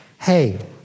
hey